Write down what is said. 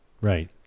Right